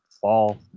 fall